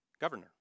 Governor